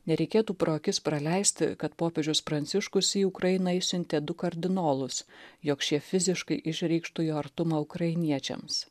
nereikėtų pro akis praleisti kad popiežius pranciškus į ukrainą išsiuntė du kardinolus jog šie fiziškai išreikštų jo artumą ukrainiečiams